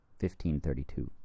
1532